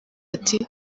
ati